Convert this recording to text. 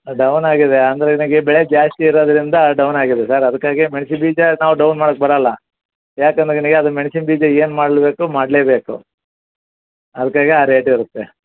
down ಆಗಿದೆ ಅಂದರೆ ನಿನಗೆ ಬೆಳೆ ಜಾಸ್ತಿ ಇರೋದರಿಂದ ಡೌನ್ ಆಗಿದೆ ಸರ್ ಅದಕ್ಕಾಗೇ ಮೆಣ್ಸಿನ ಬೀಜ ನಾವು ಡೌನ್ ಮಾಡಕ್ಕೆ ಬರೋಲ್ಲ ಏಕಂದ್ರೆ ನಿನಗೆ ಅದು ಮೆಣ್ಸಿನ ಬೀಜ ಏನು ಮಾಡಲು ಬೇಕೋ ಮಾಡಲೇಬೇಕು ಅದಕ್ಕಾಗೇ ಆ ರೇಟ್ ಇರುತ್ತೆ